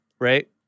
right